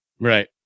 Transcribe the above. Right